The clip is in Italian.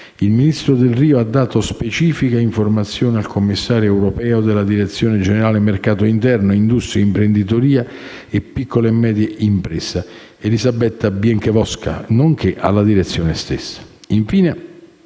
il ministro Delrio ha dato specifica informazione al Commissario europeo della Direzione generale mercato interno, industria, imprenditoria e piccole e medie imprese, Elzbieta Bienkowska, nonché alla Direzione stessa.